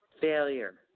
failure